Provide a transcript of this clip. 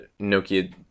Nokia